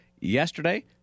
Yesterday